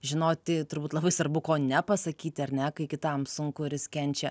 žinoti turbūt labai svarbu ko nepasakyti ar ne kai kitam sunku ir jis kenčia